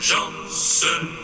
Johnson